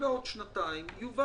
יחד